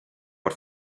por